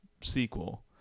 sequel